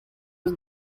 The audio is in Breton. eus